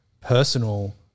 personal